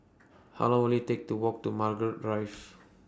How Long Will IT Take to Walk to Margaret Drive